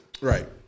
Right